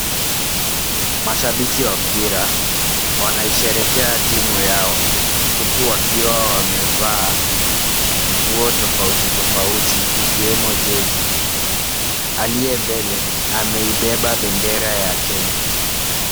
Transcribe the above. Mashabiki wa mpira wanaisherehekea timu yao, huku wakiwa wamevaa nguo tofauti tofauti ikiwemo jezi. Aliye mbele ameibeba bendera ya Kenya.